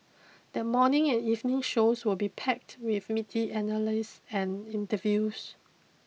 the morning and evening shows will be packed with meaty analyses and interviews